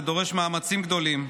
זה דורש מאמצים גדולים,